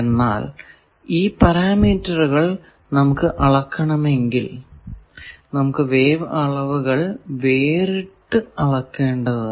എന്നാൽ ഈ പരാമീറ്ററുകൾ നമുക്ക് അളക്കണമെങ്കിൽ നമുക്ക് വേവ് അളവുകൾ വേറിട്ട് അളക്കേണ്ടതുണ്ട്